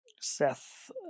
Seth